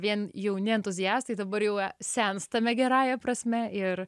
vien jauni entuziastai dabar jau senstame gerąja prasme ir